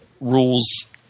rules